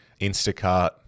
Instacart